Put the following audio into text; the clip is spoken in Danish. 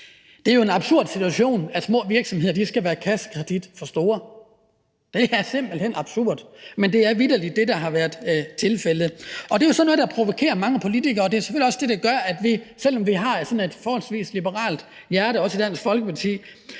Det er jo en absurd situation, at små virksomheder skal være kassekredit for store. Det er simpelt hen absurd, men det er vitterlig det, der har været tilfældet. Det er jo sådan noget, der provokerer mange politikere, og det er selvfølgelig også det, der gør, at vi, selv om vi har sådan et forholdsvis liberalt hjerte i Dansk Folkeparti,